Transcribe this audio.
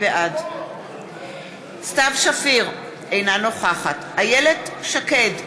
בעד סתיו שפיר, אינה נוכחת איילת שקד,